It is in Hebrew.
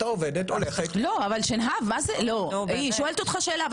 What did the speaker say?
אותה עובדת הולכת --- היא שואלת אותך שאלה,